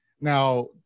Now